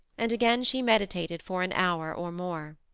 and again she meditated for an hour or more.